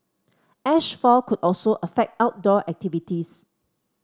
ash fall could also affect outdoor activities